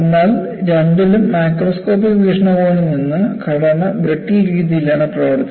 എന്നാൽ രണ്ടിലും മാക്രോസ്കോപ്പിക് വീക്ഷണകോണിൽ നിന്ന് ഘടന ബ്രിട്ടിൽ രീതിയിലാണ് പ്രവർത്തിക്കുന്നത്